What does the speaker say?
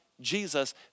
Jesus